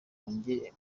wanjye